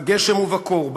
בגשם ובקור,